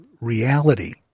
reality